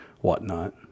whatnot